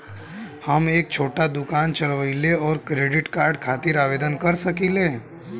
हम एक छोटा दुकान चलवइले और क्रेडिट कार्ड खातिर आवेदन कर सकिले?